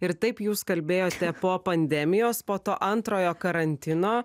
ir taip jūs kalbėjote po pandemijos po to antrojo karantino